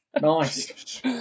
Nice